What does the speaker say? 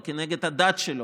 זה כנגד הדת שלו,